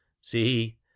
See